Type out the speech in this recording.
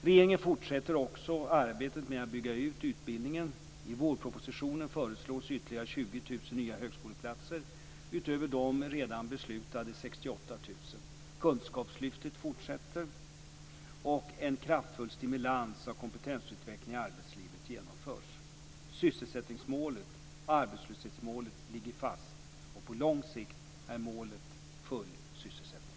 Regeringen fortsätter också arbetet med att bygga ut utbildningen. I vårpropositionen föreslås ytterligare Sysselsättningsmålet och arbetslöshetsmålet ligger fast, och på lång sikt är målet full sysselsättning.